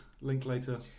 Linklater